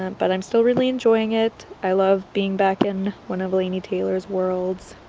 um but i'm still really enjoying it, i love being back in one of laini taylor's worlds